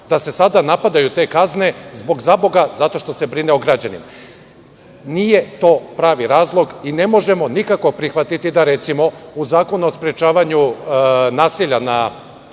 da se sada napadaju te kazne zato što se brine o građanima. To nije pravi razlog i ne možemo nikako prihvatiti da se u Zakonu o sprečavanju nasilja na